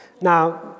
Now